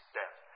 death